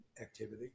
activity